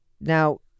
now